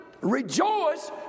rejoice